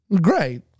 Great